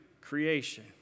creation